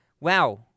wow